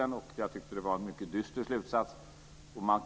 Det är en mycket dyster slutsats.